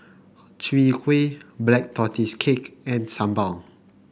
Chwee Kueh Black Tortoise Cake and sambal